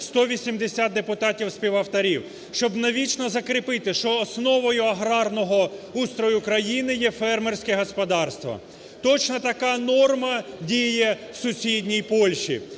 180 депутатів співавторів, щоб навічно закріпити, що основою аграрного устрою країни є фермерське господарство. Точно така норма діє в сусідній Польщі.